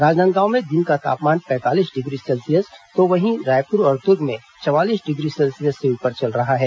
राजनांदगांव में दिन का तापमान पैंतालीस डिग्री तो वहीं रायपुर और दुर्ग में चवालीस डिग्री सेल्सियस से ऊपर चल रहा है